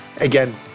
Again